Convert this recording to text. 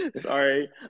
Sorry